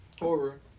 horror